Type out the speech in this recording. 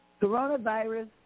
Coronavirus